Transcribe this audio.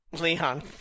Leon